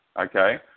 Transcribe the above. okay